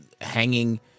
hanging